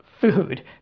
food